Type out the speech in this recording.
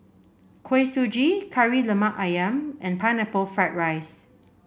Kuih Suji Kari Lemak ayam and Pineapple Fried Rice